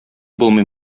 булмый